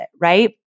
right